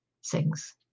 sings